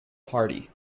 party